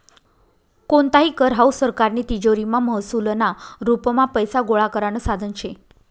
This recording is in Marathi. कोणताही कर हावू सरकारनी तिजोरीमा महसूलना रुपमा पैसा गोळा करानं साधन शे